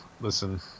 listen